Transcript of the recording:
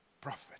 prophet